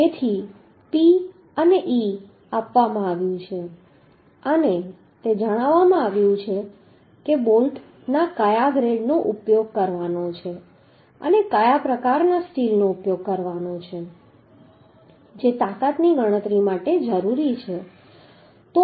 તેથી P અને e આપવામાં આવે છે અને તે જણાવવામાં આવ્યું છે કે બોલ્ટના કયા ગ્રેડનો ઉપયોગ કરવાનો છે અને કયા પ્રકારના સ્ટીલનો ઉપયોગ કરવામાં આવે છે જે તાકાતની ગણતરી માટે જરૂરી છે